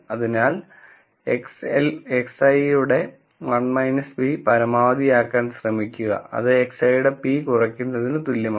അതിനാൽ നമ്മൾ x I യുടെ 1 p പരമാവധിയാക്കാൻ ശ്രമിക്കുകയാണെങ്കിൽ അത് xi യുടെ p കുറയ്ക്കുന്നതിന് തുല്യമാണ്